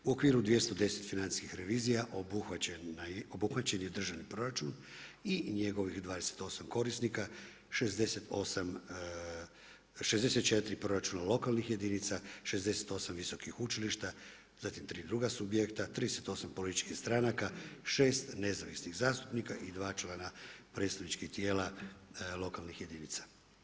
U okviru 210 financijskih revizija, obuhvaćen je državni proračun i njegovih 28 korisnika, 64 proračuna lokalnih jedinica, 68 visokih učilišta, zatim 3 druga subjekta, 38 političkih stranaka, 6 nezavisnih zastupnika i 2 člana predstavničkih tijela lokalnih jedinica.